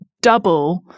double